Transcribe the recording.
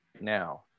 now